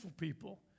people